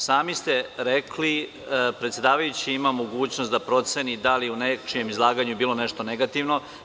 Sami ste rekli da predsedavajući ima mogućnost da proceni da li je u nečijem izlaganju bilo nečeg negativnog.